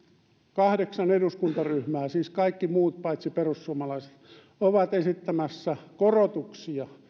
kahdeksan eduskuntaryhmää siis kaikki muut paitsi perussuomalaiset esittämässä korotuksia